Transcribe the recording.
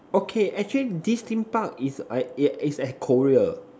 okay actually this theme Park is I yeah it's at Korea